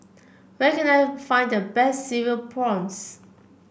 where can I find the best Cereal Prawns